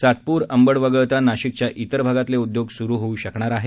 सातपूर अंबड वगळता नाशिकच्या इतर भागातले उद्योग सुरू होऊ शकणार आहे